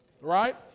right